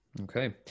Okay